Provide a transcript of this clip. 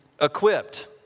equipped